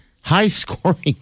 High-scoring